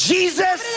Jesus